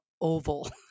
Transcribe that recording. oval